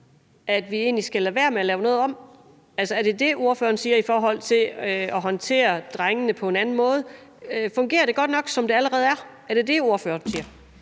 at vi egentlig skal lade være med at lave noget om? Altså, er det det, ordføreren siger, i forhold til at håndtere drengene på en anden måde? Fungerer det godt nok, som det allerede er? Er det det, ordføreren siger?